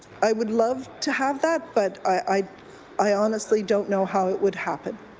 i would love to have that, but i i honestly don't know how it would happen.